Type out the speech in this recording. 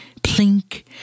plink